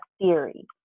theory